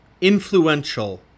influential